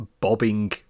bobbing